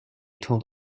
told